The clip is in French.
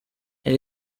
elle